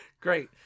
Great